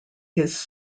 his